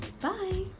Bye